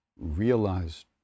realized